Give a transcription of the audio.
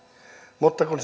mutta kun